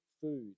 food